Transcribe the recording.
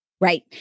Right